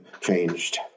changed